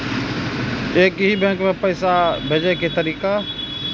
एक ही बैंक मे पैसा भेजे के तरीका?